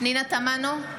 פנינה תמנו,